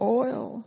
oil